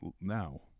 now